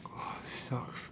!wah! shucks